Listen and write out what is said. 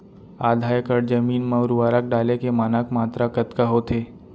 आधा एकड़ जमीन मा उर्वरक डाले के मानक मात्रा कतका होथे?